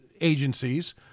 agencies